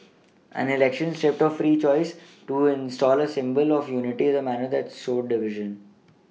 an election stripped of free choice to install a symbol of unity in a manner that sowed division